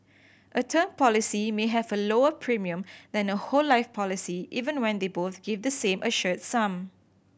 a term policy may have a lower premium than a whole life policy even when they both give the same assured sum